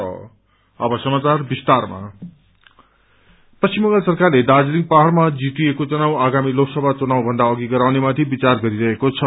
GTA पोल पश्चिम बंगाल सरकारले दार्जीलिङ पहाड़मा चीटीएको चुनाव आगामी लोकसभा चुनावभन्दा अघि गराउनेमाथि विचार गरिरहेको छ